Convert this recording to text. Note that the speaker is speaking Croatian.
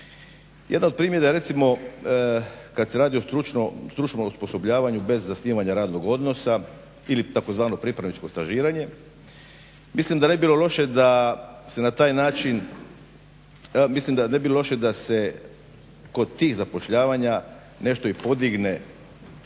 Jedna od primjedbi je recimo kada se radi o stručnom osposobljavanju bez zasnivanja radnog odnosa ili tzv. pripravničko stažiranje mislim da ne bi bilo loše da se kod tih zapošljavanja nešto i podigne